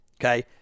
okay